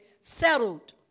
settled